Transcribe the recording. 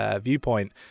viewpoint